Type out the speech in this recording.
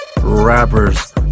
rappers